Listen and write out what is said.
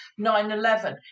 9-11